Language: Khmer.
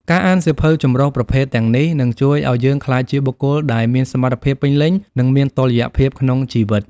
ការអានសៀវភៅចម្រុះប្រភេទទាំងនេះ នឹងជួយឱ្យយើងក្លាយជាបុគ្គលដែលមានសមត្ថភាពពេញលេញ និងមានតុល្យភាពក្នុងជីវិត។